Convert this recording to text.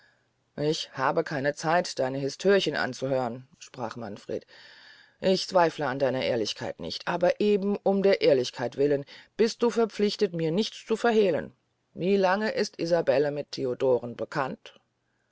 ich habe keine zeit deine historien anzuhören sprach manfred ich zweifle an deiner ehrlichkeit nicht aber eben um der ehrlichkeit willen bist du verpflichtet mir nichts zu verhehlen wie lange ist isabelle mit theodoren bekannt